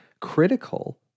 critical